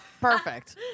Perfect